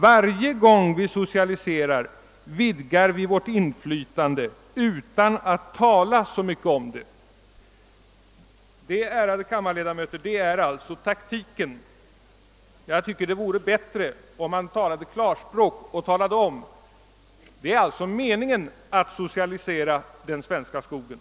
Varje gång vi socialiserar vidgar vi vårt inflytande utan att tala så mycket om det.» Detta, ärade kammarledamöter, är alltså taktiken. Jag tycker att det vore bättre om man använde klarspråk och talade om att det är meningen att socialisera den svenska skogen.